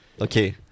Okay